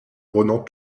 ronan